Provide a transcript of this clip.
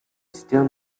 still